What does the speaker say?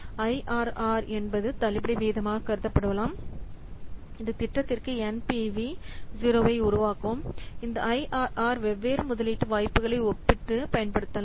IRR என்பது தள்ளுபடி வீதமாக கருதப்படலாம் இது திட்டத்திற்கு என்பிவி 0 ஐ உருவாக்கும் இந்த ஐஆர்ஆர் வெவ்வேறு முதலீட்டு வாய்ப்புகளை ஒப்பிட்டுப் பயன்படுத்தலாம்